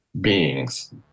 beings